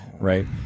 Right